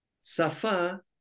Safa